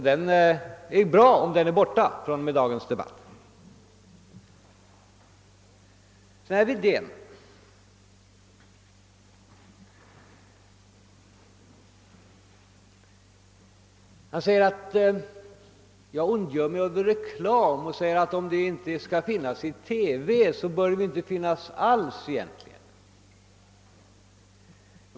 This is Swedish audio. Det är bra om den är borta från och med dagens debatt. Jag vill vidare beröra vad herr Wedén här sagt. Han säger att jag ondgör mig över reklamen och menar att om reklam inte skall finnas i TV bör den egentligen inte finnas alls.